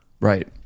Right